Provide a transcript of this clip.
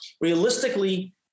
realistically